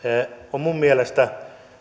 on minun mielestäni